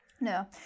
No